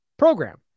program